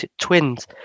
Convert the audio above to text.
twins